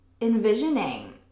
envisioning